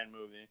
movie